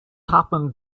happened